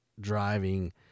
driving